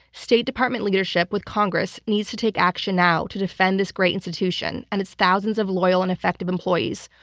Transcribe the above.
state department leadership with congress needs to take action now to defend this great institution and its thousands of loyal and effective employees.